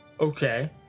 Okay